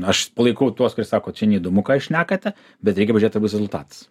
aš palaikau tuos kurie sako čia neįdomu ką jūs šnekate bet reikia pažiūrėt ar bus rezultatas